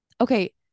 okay